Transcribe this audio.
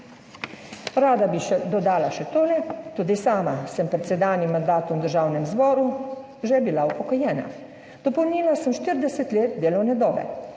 Rada bi še dodala še tole. Tudi sama sem pred sedanjim mandatom v Državnem zboru že bila upokojena. Dopolnila sem 40 let delovne dobe.